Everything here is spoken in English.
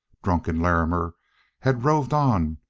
drunken larrimer had roved on,